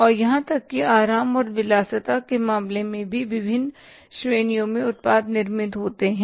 और यहां तक कि आराम और विलासिता के मामले में भी विभिन्न श्रेणियों में उत्पाद निर्मित होते हैं